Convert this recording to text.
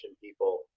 people